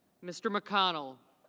mr. mcconnell.